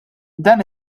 dan